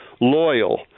loyal